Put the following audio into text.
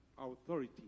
authority